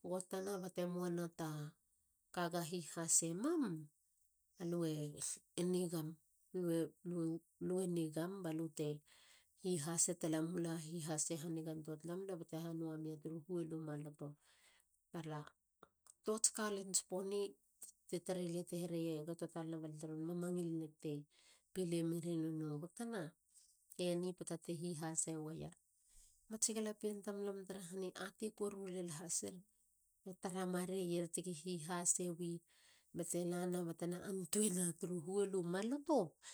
gotana bate muana taka ga hihase mam. alue nigam. lue nigam balu te hihase talamula. hihase hanigantua tala mula balu te hanua mi tru huol u maloto. Bara. tuats ka lents poni ti tari lia. te hereie kato talana balia teron mamangil neieg te pile meri nono gotana. eni poata te hihhase weier. Matsi galapien tamlam tara han e atei koru len hasir. e tara mareier tigi hihase wi ba lana batena antueina tru huol u maloto